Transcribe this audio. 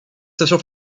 station